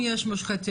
בכלל